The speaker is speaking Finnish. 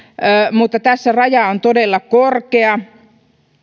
mutta tässä raja on todella korkea